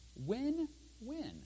Win-win